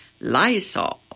Lysol